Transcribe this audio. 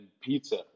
pizza